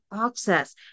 access